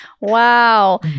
Wow